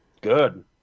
Good